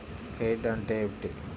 Credit అంటే ఏమిటి?